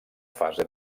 fase